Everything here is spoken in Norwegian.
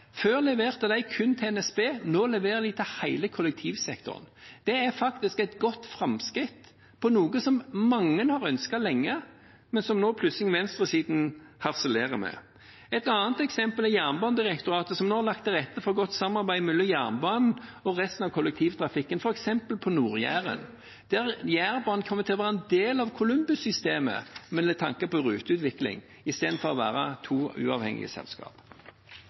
Før leverte de kun til NSB, nå leverer de til hele kollektivsektoren. Det er faktisk et godt framskritt for noe som mange har ønsket lenge, men som venstresiden nå plutselig harselerer med. Et annet eksempel er Jernbanedirektoratet, som nå har lagt til rette for et godt samarbeid mellom jernbanen og resten av kollektivtrafikken, f.eks. på Nord-Jæren, der Jærbanen kommer til å være en del av Kolumbus-systemet med tanke på ruteutvikling, istedenfor å være to uavhengige selskap.